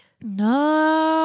No